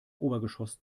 obergeschoss